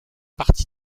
partie